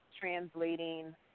translating